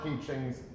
teachings